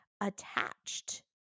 attached